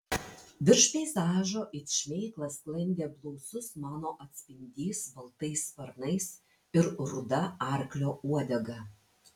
virš peizažo it šmėkla sklandė blausus mano atspindys baltais sparnais ir ruda arklio uodega